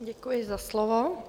Děkuji za slovo.